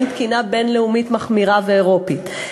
תקינה בין-לאומית מחמירה ואירופית,